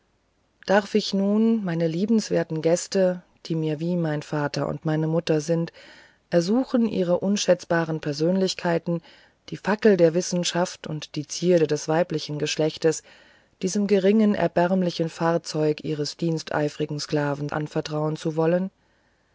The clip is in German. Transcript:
darf ich nun meine liebwerten gäste die mir wie mein vater und meine mutter sind ersuchen ihre unschätzbaren persönlichkeiten die fackel der wissenschaft und die zierde des weiblichen geschlechtes diesem geringen erbärmlichen fahrzeug ihres diensteifrigsten sklaven anvertrauen zu wollen